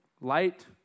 Light